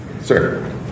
sir